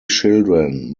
children